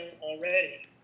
already